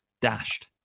dashed